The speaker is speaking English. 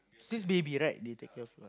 since baby right they take care of